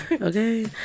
Okay